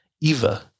Eva